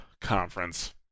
conference